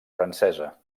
francesa